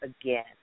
again